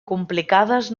complicades